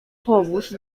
powóz